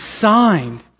signed